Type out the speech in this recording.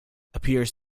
appears